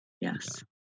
Yes